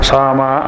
Sama